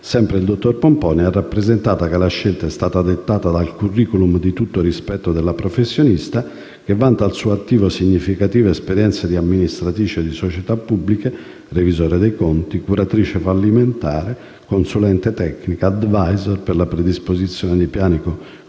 sempre il dottor Pomponio ha rappresentato che la scelta è stata dettata dal *curriculum* di tutto rispetto della professionista, che vanta al suo attivo significative esperienze di amministratrice di società pubbliche, revisore dei conti, curatrice fallimentare, consulente tecnica, *advisor* per la predisposizione di piani concordatari